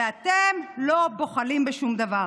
ואתם לא בוחלים בשום דבר.